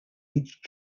each